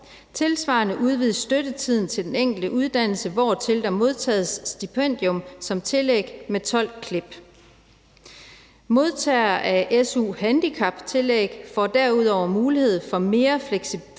Tilsvarende udvides støttetiden til den enkelte uddannelse, hvortil der modtages stipendium som tillæg, med 12 klip. Modtagere af su-handicaptillæg får derudover mulighed for en mere fleksibel